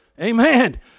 Amen